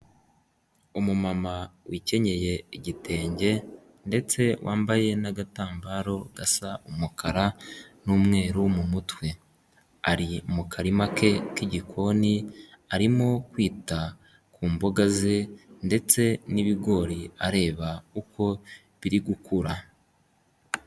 Umumama wikenyeye igitenge ndetse wambaye n'agatambaro gasa umukara n'umweru mu mutwe, ari mu karima ke k'igikoni arimo kwita ku mboga ze ndetse n'ibigori areba uko biri gukura.